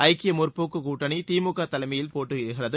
ஐக்கிய முற்போக்கு கூட்டணி திமுக தலைமையில் போட்டியிடுகிறது